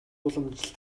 уламжлал